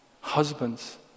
husbands